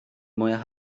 mwyaf